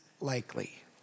likely